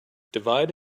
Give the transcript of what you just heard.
divide